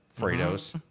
Fredo's